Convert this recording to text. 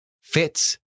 fits